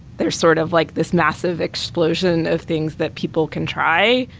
there's sort of like this massive explosion of things that people can try,